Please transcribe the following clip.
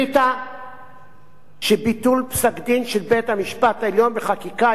שביטול פסק-דין של בית-המשפט העליון בחקיקה יהיה ברוב של 61,